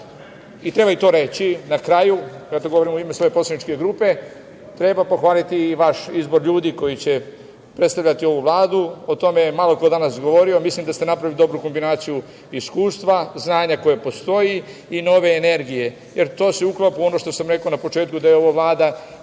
i treba i to reći na kraju, to govorim u ime poslaničke grupe, treba pohvaliti i vaš izbor ljudi koji će predstavljati ovu Vladu. O tome je malo ko danas govorio. Mislim da ste napravili dobru kombinaciju iskustva, znanja koje postoji i nove energije, jer to se uklapa u ono što sam rekao na početku, da je ovo vlada